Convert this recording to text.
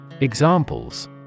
Examples